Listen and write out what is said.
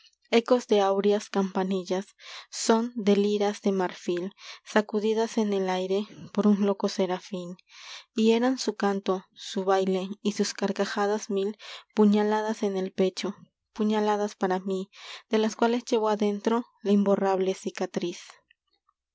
ecos de áureas campanillas son de liras de marfil en sacudidas por un y el aire loco serafín canto su baile eran su y sus carcajadas mil en puñaladas el pecho c puñaladas para mí de las cuales llevo adentro la imborrable cicatriz